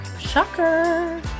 Shocker